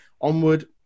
Onward